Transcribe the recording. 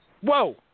Whoa